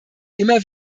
immer